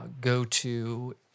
go-to